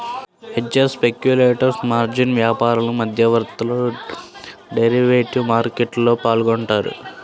hedgers, speculators, margin వ్యాపారులు, మధ్యవర్తులు derivative మార్కెట్లో పాల్గొంటారు